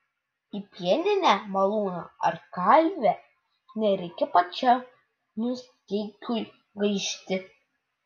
į pieninę malūną ar kalvę nereikia pačiam musteikiui gaišti